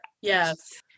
Yes